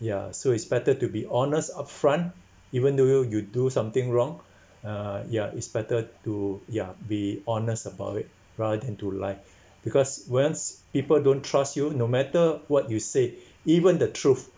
ya so it's better to be honest upfront even though you you do something wrong uh ya it's better to ya be honest about it rather than to lie because once people don't trust you no matter what you say even the truth